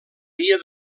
dia